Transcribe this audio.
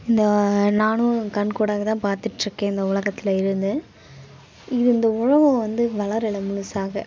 இத நானும் கண்கூடாக தான் பார்த்துட்ருக்கேன் இந்த உலகத்தில் இருந்து இது இந்த உலகம் வந்து வளரலை முழுசாக